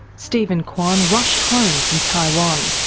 stephen kwan rushed home from taiwan.